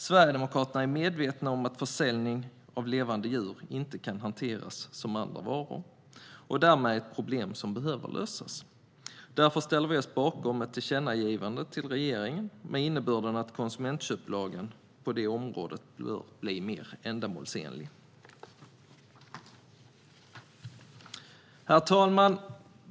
Sverigedemokraterna är medvetna om att försäljning av levande djur inte kan hanteras som försäljning av andra varor och därmed är det ett problem som behöver lösas. Därför ställer vi oss bakom ett tillkännagivande till regeringen med innebörden att konsumentköplagen på det området bör bli mer ändamålsenlig. Herr talman!